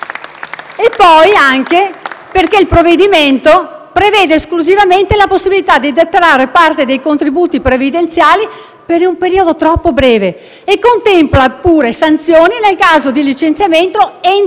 Inoltre, il provvedimento prevede esclusivamente la possibilità di detrarre parte dei contributi previdenziali per un periodo troppo breve e contempla sanzioni nel caso di licenziamento entro